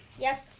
Yes